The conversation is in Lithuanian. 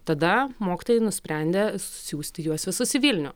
tada mokytojai nusprendė siųsti juos visus į vilnių